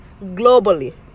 Globally